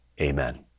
Amen